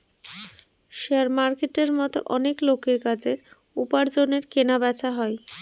share মার্কেটের মতো অনেক লোকের কাজের, উপার্জনের কেনা বেচা হয়